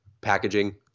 packaging